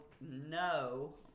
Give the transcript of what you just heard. no